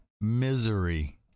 Misery